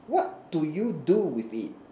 what do you do with it